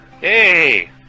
Hey